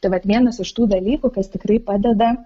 tai vat vienas iš tų dalykų kas tikrai padeda